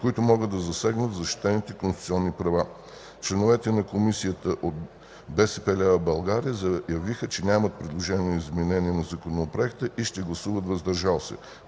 които могат да засегнат защитените конституционни права. Членовете на Комисията от БСП лява България заявиха, че нямат предложения за изменение на Законопроекта и ще гласуват „въздържали се”.